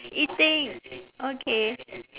eating okay